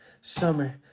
Summer